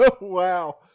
wow